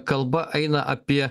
kalba eina apie